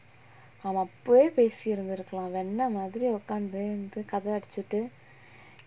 அவன் அப்பவே பேசி இருந்திருக்கலாம் வெண்ண மாரி உக்காந்து கத அடிச்சுட்டு:avan appavae pesi irunthirukkalaam venna maari ukkaanthu katha adichuttu